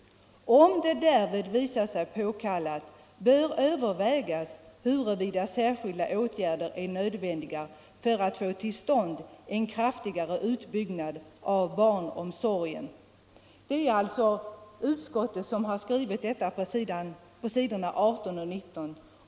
Om det därvid visar sig påkallat, bör övervägas huruvida särskilda åtgärder är nödvändiga för att få till stånd en kraftigare utbyggnad av barnomsorgen.” Det står alltså i utskottsbetänkandet på s. 18 och 19.